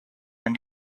and